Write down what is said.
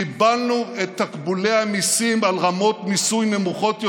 קיבלנו את תקבולי המיסים על רמות מיסוי נמוכות יותר,